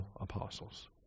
apostles